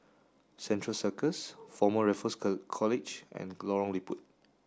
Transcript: Central Circus Former Raffles College and Lorong Liput